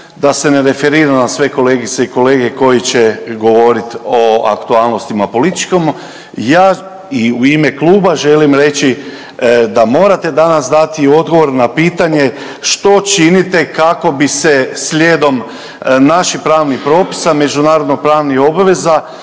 da se ne referira na sve kolegice i kolege koji će govoriti o aktualnostima političkim, ja i u ime Kluba želim reći da morate danas dati odgovor na pitanje što činite kako bi se slijedom naših pravnih propisa, međunarodnopravnih obveza